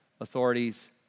authorities